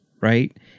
right